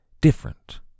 different